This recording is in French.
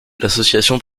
l’association